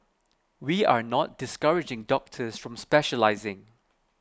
we are not discouraging doctors from specialising